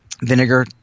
vinegar